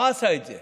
מה עשה את זה?